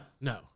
No